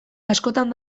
askotan